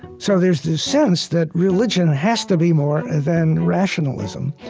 so there's this sense that religion has to be more than rationalism.